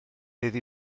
iddi